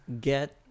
get